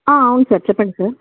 అ అవును సార్ చెప్పండి సార్